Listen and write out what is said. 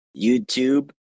youtube